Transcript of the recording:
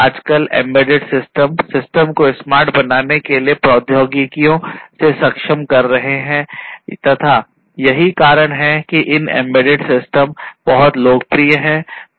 आजकल embedded system system को smart बनाने के लिये प्रौद्योगिकियों से सक्षम कर रहे हैं तथा यही कारण है कि इन एम्बेडेड सिस्टम बहुत लोकप्रिय हैं